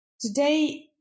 today